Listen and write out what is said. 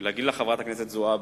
ולהגיד לך: חברת הכנסת זועבי,